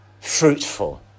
fruitful